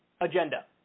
agenda